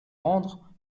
rendre